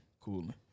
Cooling